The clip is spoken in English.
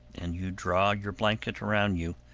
and you draw your blanket around you,